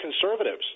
conservatives